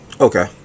okay